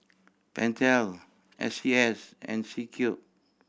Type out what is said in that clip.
Pentel S C S and C Cube